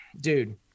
dude